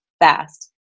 fast